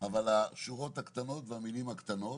השורות והמילים הקטנות